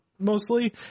mostly